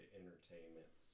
entertainment